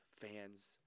fans